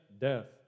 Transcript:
death